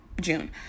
June